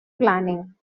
planning